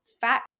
fat